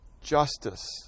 justice